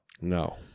No